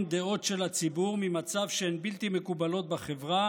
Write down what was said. דעות של הציבור ממצב שהן בלתי מקובלות בחברה